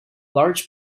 large